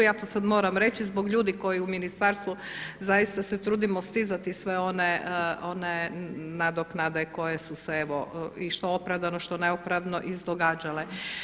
Ja to sad moram reći zbog ljudi koji u ministarstvu zaista se trudimo stizati sve one nadoknade koje su se evo i što opravdano, što neopravdano izdogađale.